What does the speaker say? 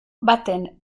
baten